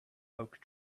oak